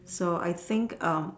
so I think um